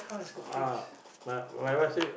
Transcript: ah my my wife say